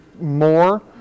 more